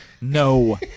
No